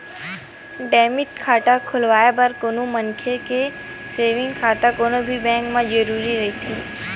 demat खाता खोलवाय बर कोनो मनखे के सेंविग खाता कोनो भी बेंक म होना जरुरी रहिथे